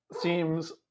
seems